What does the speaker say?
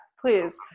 please